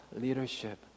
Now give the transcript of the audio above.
leadership